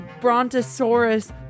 brontosaurus